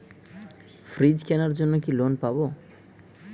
Fridge কেনার জন্য কি লোন পাব?